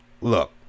look